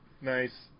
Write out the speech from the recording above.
Nice